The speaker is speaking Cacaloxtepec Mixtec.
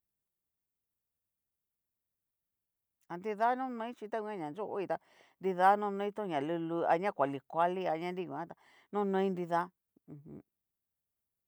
Ha nrida nonoi chi ta nguan ña yo'o ohi ta nrida nonoi to ña lulu a ña kuali kuali, añanruguantá nonoi nrida mmm jum.